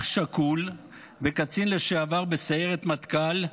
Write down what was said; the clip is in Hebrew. אח שכול וקצין לשעבר בסיירת מטכ"ל,